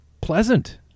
pleasant